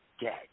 dead